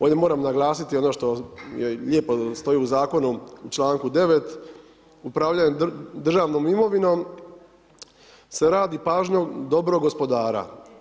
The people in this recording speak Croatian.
Ovdje moram naglasiti ono što lijepo stoji u zakonu u članku 9., upravljanje državnom imovinom se radi pažnjom dobrog gospodara.